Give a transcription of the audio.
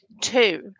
two